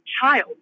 child